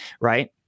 Right